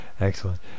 Excellent